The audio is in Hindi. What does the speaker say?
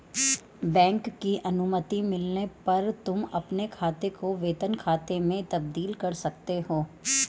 बैंक की अनुमति मिलने पर तुम अपने खाते को वेतन खाते में तब्दील कर सकते हो